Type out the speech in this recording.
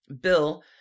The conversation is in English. Bill